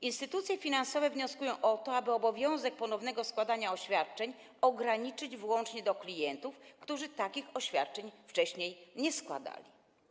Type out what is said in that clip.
Instytucje finansowe wnioskują o to, aby obowiązek ponownego składania oświadczeń ograniczyć wyłącznie do klientów, którzy wcześniej ich nie składali.